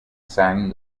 signed